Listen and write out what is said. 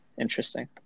interesting